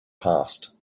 past